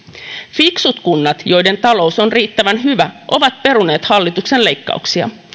fiksut kunnat joiden talous on riittävän hyvä ovat peruneet hallituksen leikkauksia